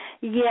Yes